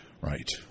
Right